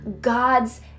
God's